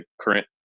current